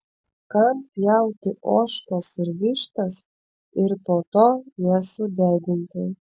kam pjauti ožkas ir vištas ir po to jas sudeginti